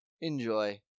Enjoy